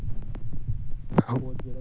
हूं